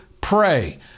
pray